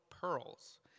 pearls